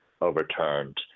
overturned